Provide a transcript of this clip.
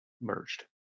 merged